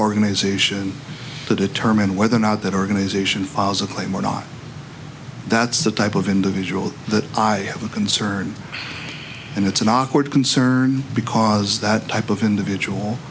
organization to determine whether or not that organization is a claim or not that's the type of individual that i have a concern and it's an awkward concern because that type of individual